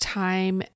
time